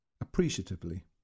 appreciatively